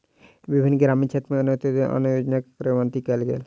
विभिन्न ग्रामीण क्षेत्र में अन्त्योदय अन्न योजना कार्यान्वित कयल गेल